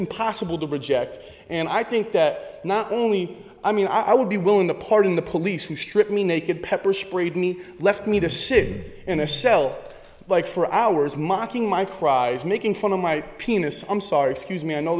impossible to project and i think that not only i mean i would be willing to pardon the police who stripped me naked pepper sprayed me left me the sid in a cell like for hours mocking my cries making fun of my penis i'm sorry excuse me i know